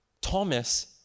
Thomas